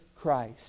Christ